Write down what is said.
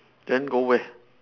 then go where